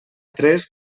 tres